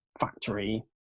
factory